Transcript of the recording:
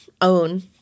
own